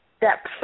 depth